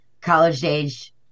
college-age